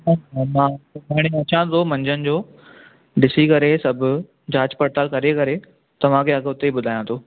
मां हाणे अचां थो मंझंदि जो ॾिसी करे सभु जांच पड़ताल करे करे तव्हांखे अघु हुते ई ॿुधायां थो